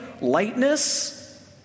lightness